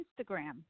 Instagram